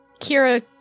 Kira